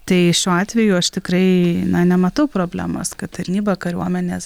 tai šiuo atveju aš tikrai nematau problemos kad tarnyba kariuomenės